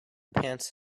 pants